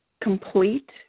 complete